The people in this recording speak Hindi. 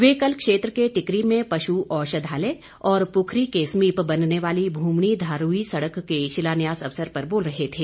वे कल क्षेत्र के टिकरी में पशु औषधालय और पुखरी के समीप बननेवाली भूमणी धारूई सड़क के शिलान्यास अवसर पर बोल रहे थे